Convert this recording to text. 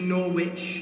Norwich